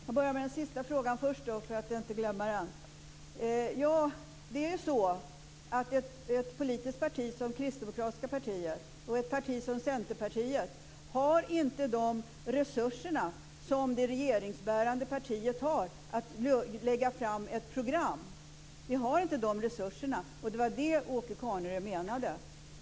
Herr talman! Låt mig börja med den sista frågan för att inte glömma den. Ett politiskt parti som Kristdemokratiska partiet eller Centerpartiet har inte de resurser som det regeringsbärande partiet har att lägga fram ett program. Vi har inte de resurserna. Det var det Åke Carnerö menade.